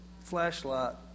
flashlight